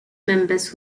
members